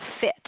fit